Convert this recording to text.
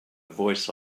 voice